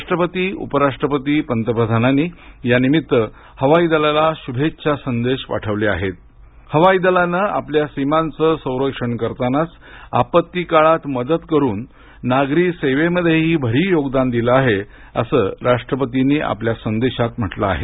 राष्ट्रपती उप राष्ट्रपती पंतप्रधानांनी यानिमित्त हवाई दलाला शुभेच्छा संदेश पाठवले आहेत हवाई दलानं आपल्या हवाई सीमाचं संरक्षण करतानाच आपत्ती काळात मदत करण्याचं तसंच नागरी सेवेमध्येही भरीव योगदान दिलं आहे असं राष्ट्रपतींनी आपल्या संदेशात म्हटलं आहे